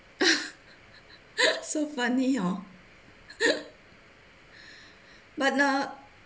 so funny hor but th~